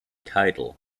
tidal